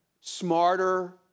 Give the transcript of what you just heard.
smarter